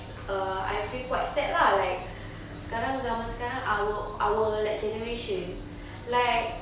err I feel quite sad lah like sekarang zaman sekarang our our like generation like